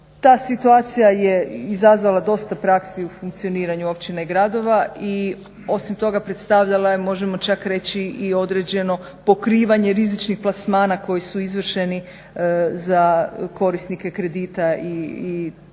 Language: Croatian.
Ta situacija je izazvala dosta praksi u funkcioniranju općina i gradova i osim toga predstavljala je možemo čak reći i određeno pokrivanje rizičnih plasmana koji su izvršeni za korisnike kredita itd.